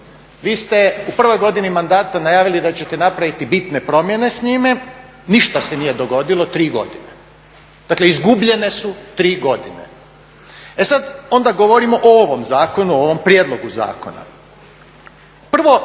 Vi ste u prvoj godini mandata najavili da ćete napraviti bitne promjene s njime, ništa se nije dogodilo 3 godine. Dakle, izgubljene su 3 godine. E sada, onda govorimo o ovom zakonu, o ovom prijedlogu zakona. Prvo,